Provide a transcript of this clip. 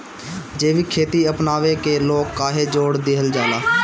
जैविक खेती अपनावे के लोग काहे जोड़ दिहल जाता?